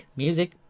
music